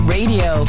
Radio